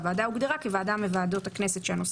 הוועדה הוגדרה כוועדה מוועדות הכנסת שהנושא